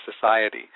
society